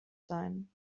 sein